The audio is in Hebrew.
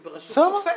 היא בראשות שופט.